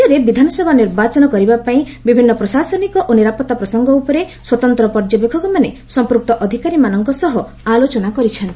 ରାଜ୍ୟରେ ବିଧାନସଭା ନିର୍ବାଚନ କରିବାପାଇଁ ବିଭିନ୍ନ ପ୍ରଶାସନିକ ଓ ନିରାପଡା ପ୍ରସଙ୍ଗ ଉପରେ ସ୍ୱତନ୍ତ ପର୍ଯ୍ୟବେକ୍ଷକମାନେ ସଂପୂକ୍ତ ଅଧିକାରୀମାନଙ୍କ ସହ ଆଲୋଚନା କରିଛନ୍ତି